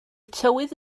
tywydd